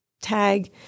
tag